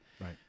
Right